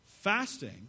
Fasting